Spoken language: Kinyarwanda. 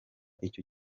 icyo